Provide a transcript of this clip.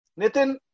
Nitin